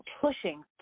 pushing